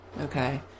okay